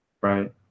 right